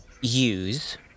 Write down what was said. use